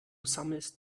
sammelst